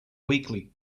weakly